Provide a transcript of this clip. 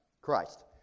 Christ